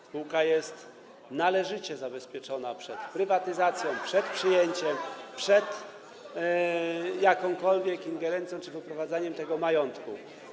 Spółka jest należycie zabezpieczona przed prywatyzacją, przejęciem, przed jakąkolwiek ingerencją czy wyprowadzaniem majątku.